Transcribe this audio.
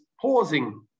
pausing